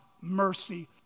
mercy